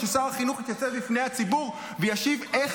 ששר החינוך יתייצב בפני הציבור וישיב איך